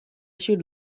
should